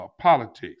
politics